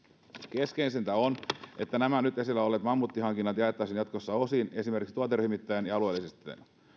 keskeisintä on että nämä nyt esillä olleet mammuttihankinnat jaettaisiin jatkossa osiin esimerkiksi tuoteryhmittäin ja alueellisesti